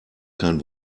kein